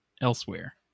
elsewhere